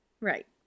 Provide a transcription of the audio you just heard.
Right